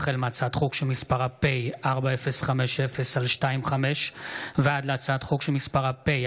החל בהצעת חוק פ/4050/25 וכלה בהצעת חוק פ/4067/25: